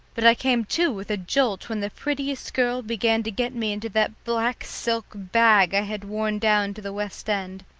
but i came to with a jolt when the prettiest girl began to get me into that black silk bag i had worn down to the west end.